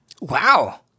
Wow